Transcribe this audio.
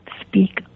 speak